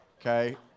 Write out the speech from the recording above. Okay